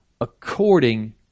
according